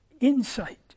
insight